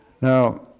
Now